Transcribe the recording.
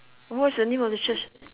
what's the name of your church